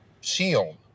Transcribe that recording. shield